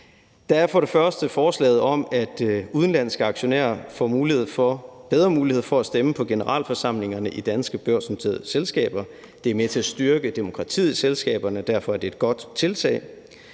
Der er for det første forslaget om, at udenlandske aktionærer får bedre mulighed for at stemme på generalforsamlingerne i danske børsnoterede selskaber; det er med til at styrke demokratiet i selskaberne, og derfor er det et godt tiltag.